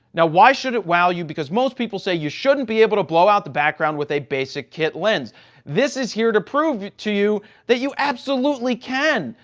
now, why should it wow you? because most people say, you shouldn't be able to blow out the background with a basic kit lens this is here to prove to you that you absolutely can.